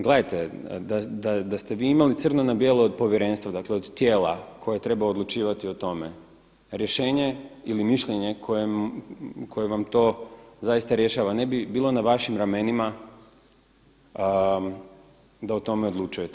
Gledajte, da ste vi imali crno na bijelo od povjerenstva, dakle od tijela koje treba odlučivati o tome, rješenje ili mišljenje koje vam to zaista rješava ne bi bilo na vašim ramenima da o tome odlučujete.